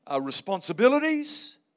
responsibilities